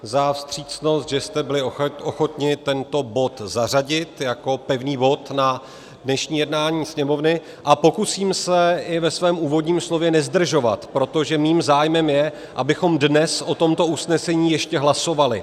Za vstřícnost, že jste byli ochotni tento bod zařadit jako pevný bod na dnešní jednání Sněmovny, a pokusím se i ve svém úvodním slově nezdržovat, protože mým zájmem je, abychom dnes o tomto usnesení ještě hlasovali.